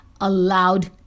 allowed